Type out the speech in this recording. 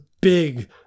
big –